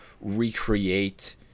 recreate